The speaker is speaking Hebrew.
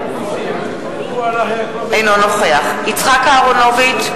אינו נוכח יצחק אהרונוביץ,